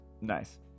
Nice